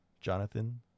Jonathan